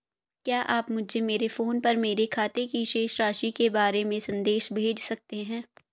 क्या आप मुझे मेरे फ़ोन पर मेरे खाते की शेष राशि के बारे में संदेश भेज सकते हैं?